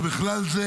ובכלל זה,